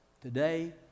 today